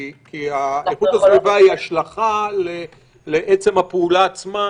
כי איכות הסביבה היא השלכה לעצם הפעולה עצמה.